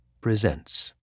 Presents